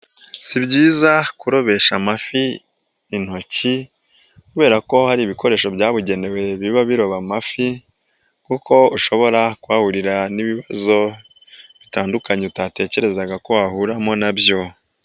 Si byiza kurobesha amafi intoki, kubera ko hari ibikoresho byabugenewe biba biroba amafi kuko ushobora kuhahurira n'ibibazo bitandukanye utatekerezaga ko wahuriramo n'abyo.